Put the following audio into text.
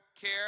care